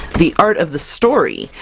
the art of the story,